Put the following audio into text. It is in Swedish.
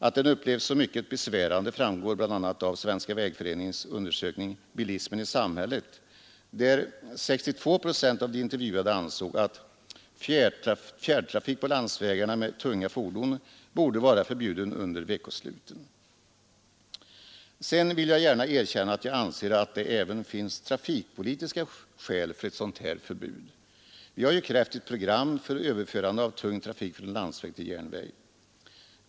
Att den upplevs som mycket besvärande framgår bl.a. av Svenska vägföreningens undersökning Bilismen i samhället, där 62 procent av de intervjuade ansåg att fjärrtrafiken på landsvägarna med tunga fordon borde vara förbjuden under veckosluten. Sedan vill jag gärna erkänna att jag anser att det även finns trafikpolitiska skäl för ett förbud. Vi har ju krävt ett program för överförande av tung trafik från landsväg till järnväg.